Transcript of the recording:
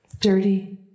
dirty